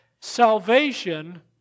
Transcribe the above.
salvation